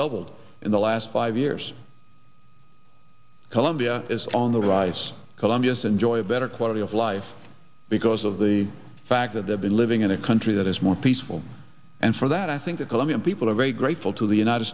doubled in the last five years colombia is on the rise colombia's enjoy a better quality of life because of the fact that they've been living in a country that is more peaceful and for that i think the colombian people are very grateful to the united